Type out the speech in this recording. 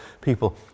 People